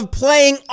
playing